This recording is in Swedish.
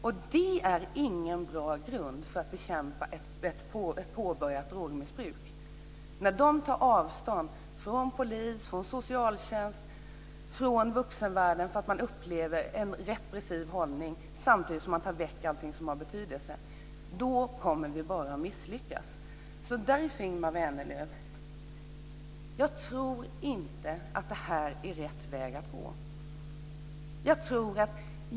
Och det är ingen bra grund för att bekämpa ett påbörjat drogmissbruk. De tar avstånd från polis, från socialtjänst, från vuxenvärlden därför att de upplever en repressiv hållning. Tar vi bort allting som har betydelse för dem kommer vi bara att misslyckas. Därför Ingemar Vänerlöv tror jag inte att det här är rätt väg att gå.